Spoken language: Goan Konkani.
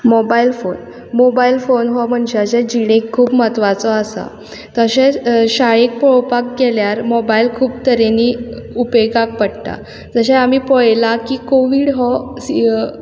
मोबायल फोन मोबायल फोन हो मनशाच्या जिणेक खूब म्हत्वाचो आसा तशेंच शाळेक पोळोवपाक गेल्यार मोबायल खूब तरेनी उपेगाक पडटा जशें आमी पळयलां की कोवीड हो सि